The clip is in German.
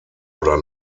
oder